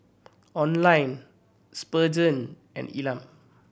Oline Spurgeon and Elam